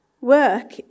Work